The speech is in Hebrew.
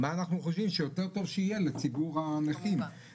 מה אנחנו חושבים שיותר טוב שיהיה לציבור הנכים,